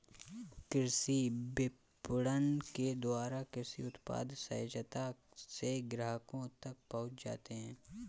कृषि विपणन के द्वारा कृषि उत्पाद सहजता से ग्राहकों तक पहुंच जाते हैं